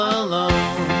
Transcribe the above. alone